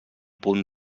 punt